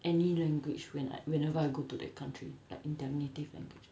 any language when whenever I go to that country like indemnity for